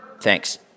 Thanks